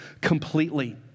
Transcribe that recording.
completely